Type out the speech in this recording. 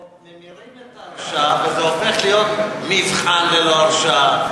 ממירים את ההרשעה וזה הופך להיות מבחן ללא הרשעה,